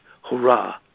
hurrah